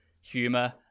humor